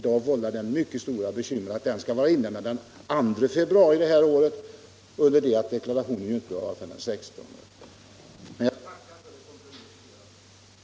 Det vållar mycket stora bekymmer att den förra skall vara inlämnad den 2 februari i år under det att deklarationen inte skall vara inlämnad förrän den 16. Jag tackar för det kompletterande svaret.